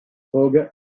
fogg